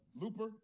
Looper